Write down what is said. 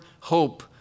hope